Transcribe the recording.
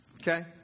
Okay